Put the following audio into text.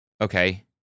Okay